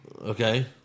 Okay